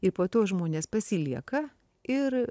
ir po to žmonės pasilieka ir